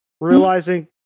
Realizing